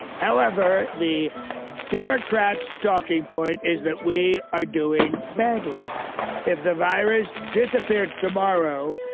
however, the democrats talking point is that we are doing badly if the virus disappeared tomorrow,